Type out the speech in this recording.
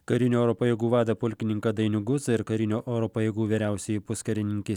karinių oro pajėgų vadą pulkininką dainių guzą ir karinio oro pajėgų vyriausiąjį puskarininkį